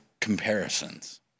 comparisons